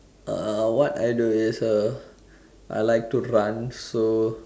uh what I do is uh I like to run so